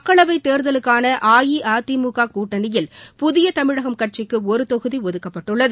மக்களவை தேர்தலுக்கான அஇஅதிமுக கூட்டணியில் புதிய தமிழகம் கட்சிக்கு ஒரு தொகுதி ஒதுக்கப்பட்டுள்ளது